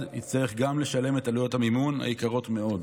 יצטרך לשלם גם את עלויות המימון היקרות מאוד.